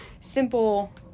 simple